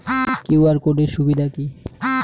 QR code এর সুবিধা কি?